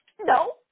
no